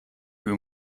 uur